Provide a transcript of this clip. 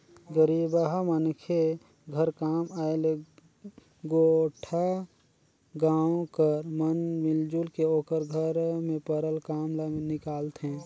गरीबहा मनखे घर काम आय ले गोटा गाँव कर मन मिलजुल के ओकर घर में परल काम ल निकालथें